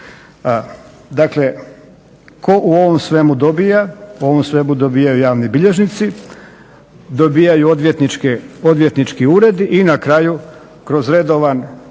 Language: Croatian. Dakle, tko u ovom svemu dobiva? U ovom svemu dobivaju javni bilježnici, dobivaju odvjetnički uredi i na kraju kroz redovan